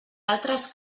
altres